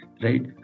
right